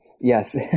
Yes